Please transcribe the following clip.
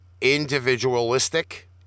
individualistic